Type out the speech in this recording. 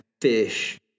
fish